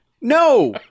no